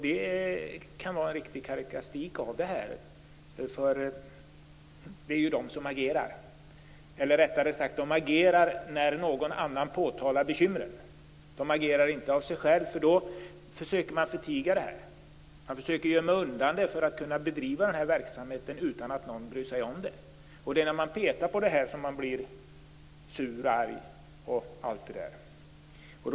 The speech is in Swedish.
Det kan vara en riktig karakteristik. Det är ju kvinnoprästmotståndarna som agerar. De agerar rättare sagt när någon annan påtalar bekymren. De agerar inte av sig själva. De försöker förtiga detta. De försöker gömma undan det för att kunna bedriva verksamheten utan att någon bryr sig om det. Det är när man petar på det som de blir sura och arga.